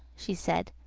she said,